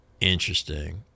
interesting